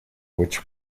which